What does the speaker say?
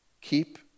Keep